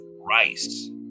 Rice